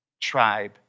tribe